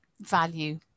value